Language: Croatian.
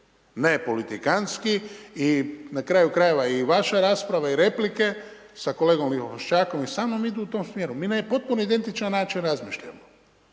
ne politikanski i na kraju krajeva i vaša rasprava i replike sa kolegom Lipošćakom i samnom idu u tom smjeru. Mi na potpuno identični način razmišljamo.